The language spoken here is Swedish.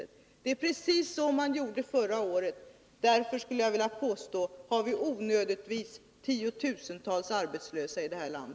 Man gjorde precis samma sak förra året. Därför skulle jag vilja påstå att vi onödigtvis har tiotusentals arbetslösa i detta land.